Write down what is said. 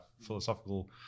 philosophical